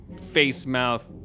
face-mouth